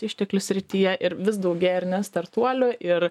išteklių srityje ir vis daugėja ar ne startuolių ir